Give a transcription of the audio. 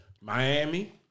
Miami